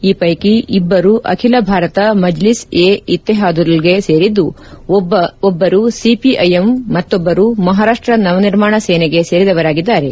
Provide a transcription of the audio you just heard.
ಈ ಪೈಕಿ ಇಬ್ಬರು ಅಖಿಲ ಭಾರತ ಮಜ್ಲಿನ್ ಎ ಇತ್ತೆಹಾದುಲ್ಗೆ ಸೇರಿದ್ದು ಒಬ್ಬರು ಸಿಪಿಐಎಂ ಮತ್ತೊಬ್ಬರು ಮಹಾರಾಷ್ಟ ನವನಿರ್ಮಾಣ ಸೇನೆಗೆ ಸೇರಿದವರಾಗಿದ್ದಾರೆ